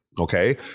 okay